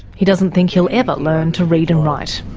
he doesn't think he'll ever learn to read and write.